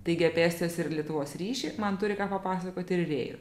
taigi apie estijos ir lietuvos ryšį man turi ką papasakoti ir rėj